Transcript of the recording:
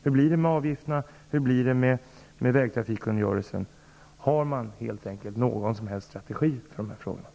Hur blir det med avgifterna? Hur blir det med vägtrafikkungörelsen? Jag undrar helt enkelt om man har någon som helst strategi när det gäller de här frågorna.